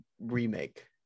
remake